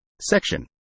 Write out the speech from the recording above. Section